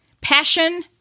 Passion